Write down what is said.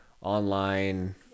online